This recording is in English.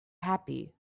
happy